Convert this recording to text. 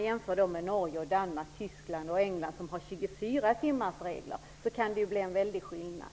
I jämförelse med Norge, Danmark, Tyskland och England, som har 24-timmarsregler, kan det bli en väldig skillnad.